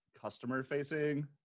customer-facing